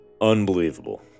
Unbelievable